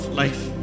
life